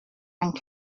and